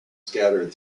scattered